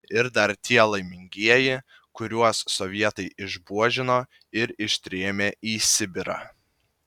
ir dar tie laimingieji kuriuos sovietai išbuožino ir ištrėmė į sibirą